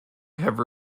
have